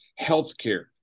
healthcare